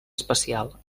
especial